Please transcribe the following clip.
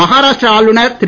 மகாராஷ்ழர ஆளுனர் திரு